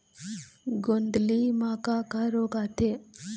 गोंदली म का का रोग आथे?